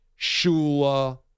Shula